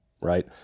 right